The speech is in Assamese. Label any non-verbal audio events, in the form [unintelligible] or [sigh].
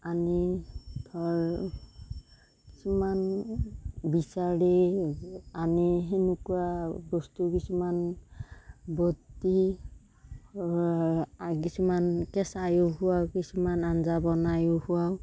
আনি ধৰ কিছুমান বিচাৰি আনি সেনেকুৱা বস্তু কিছুমান বটি কিছুমান কেঁচা [unintelligible] কিছুমান আঞ্জা বনাইও খোৱাওঁ